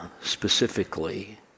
specifically